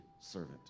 servant